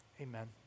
amen